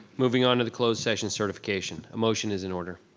moving onto the closed session certification, a motion is in order.